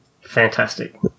Fantastic